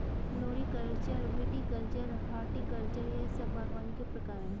floriculture, viticulture, horticulture यह सब बागवानी के प्रकार है